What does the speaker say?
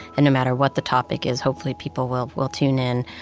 and no matter what the topic is, hopefully people will will tune in,